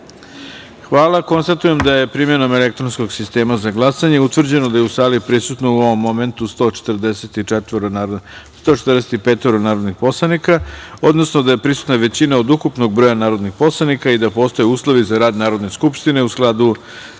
jedinice. Hvala. Konstatujem da je primenom elektronskog sistema za glasanje utvrđeno da je u sali prisutno, u ovom momentu, 145 narodnih poslanika, odnosno da je prisutna većina od ukupnog broja narodnih poslanika i da postoje uslovi za rad Narodne skupštine u smislu